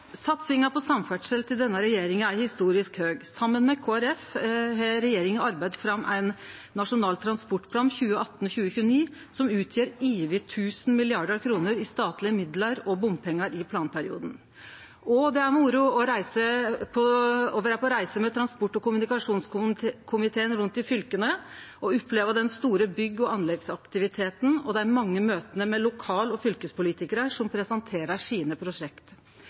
Satsinga på samferdsel frå denne regjeringa er historisk høg. Saman med Kristeleg Folkeparti har regjeringa arbeidd fram ein nasjonal transportplan for 2018–2029 som utgjer over 1 000 mrd. kr i statlege midlar og bompengar i planperioden. Det er moro å vere på reise rundt i fylka med transport- og kommunikasjonskomiteen og oppleve den store byggje- og anleggsaktiviteten og dei mange møta med lokal- og fylkespolitikarar som presenterer prosjekta sine.